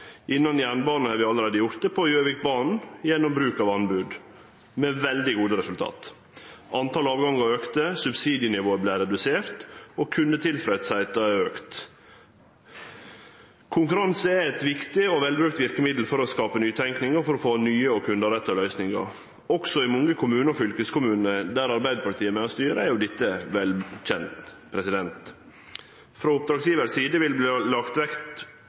har vi allereie gjort det på Gjøvikbana gjennom bruk av anbod med veldig gode resultat. Talet på avgangar har auka, subsidienivået vart redusert og kundetilfredsheita er betre. Konkurranse er eit viktig og velbrukt verkemiddel for å skape nytenking og for å få nye og kunderetta løysingar, også i mange kommunar og fylkeskommunar kor Arbeidarpartiet styrer, er dette vel kjent. Frå oppdragsgjevar si side vil det verte lagt